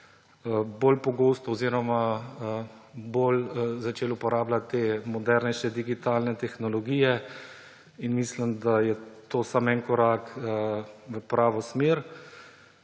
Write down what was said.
bili prisiljeni, da smo bolj začeli uporabljati modernejše digitalne tehnologije. Mislim, da je to samo en korak v pravo smer.